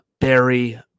Barry